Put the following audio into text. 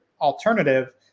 alternative